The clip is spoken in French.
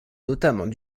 notamment